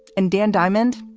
and dan diamond.